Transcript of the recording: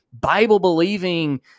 Bible-believing